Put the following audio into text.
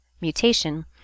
mutation